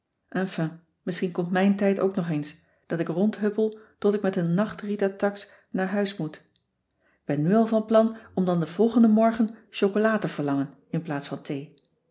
enfin misschien komt mijn tijd ook nog eens dat ik rondhuppel tot ik met een nachtritatax naar huis moet k ben nu al van plan om dan den volgenden morgen chocola te verlangen in plaats van thee